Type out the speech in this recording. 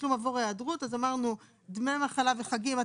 תשלום עבור היעדרות ואמרנו דמי מחלה וחגים,